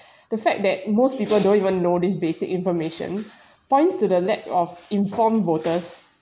the fact that most people don't even know this basic information points to the lack of informed voters